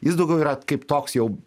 jis daugiau yra kaip toks jau